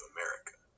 America